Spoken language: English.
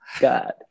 God